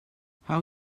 how